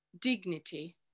dignity